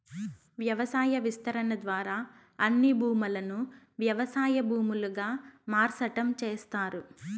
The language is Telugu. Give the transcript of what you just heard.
వ్యవసాయ విస్తరణ ద్వారా అన్ని భూములను వ్యవసాయ భూములుగా మార్సటం చేస్తారు